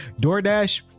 DoorDash